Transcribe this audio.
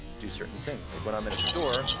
do certain things. like, when i'm in a store,